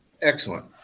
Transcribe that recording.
Excellent